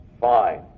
fine